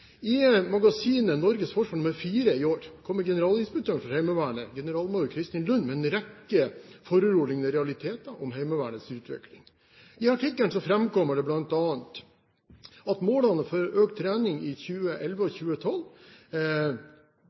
I magasinet Norges Forsvar nr. 4 i år kommer generalinspektøren for Heimevernet, generalmajor Kristin Lund, med en rekke foruroligende realiteter om Heimevernets utvikling. I artikkelen framkommer det bl.a. at målene for økt trening i 2011 og 2012